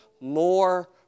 more